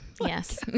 Yes